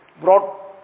brought